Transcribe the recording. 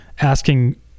asking